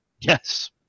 Yes